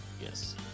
Yes